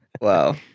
Wow